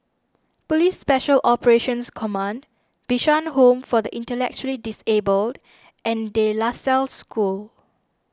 Police Special Operations Command Bishan Home for the Intellectually Disabled and De La Salle School